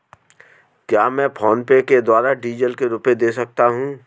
क्या मैं फोनपे के द्वारा डीज़ल के रुपए दे सकता हूं?